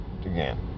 Again